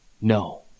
no